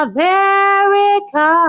America